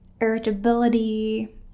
irritability